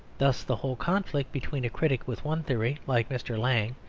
thus the whole conflict between a critic with one theory, like mr. lang,